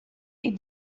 est